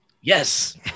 Yes